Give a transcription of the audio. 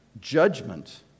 judgment